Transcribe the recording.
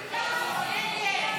52 בעד, 45 נגד, אני קובע כי סעיף